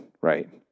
Right